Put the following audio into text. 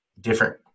different